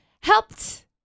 helped